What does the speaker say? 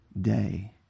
day